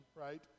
right